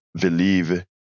believe